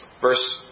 Verse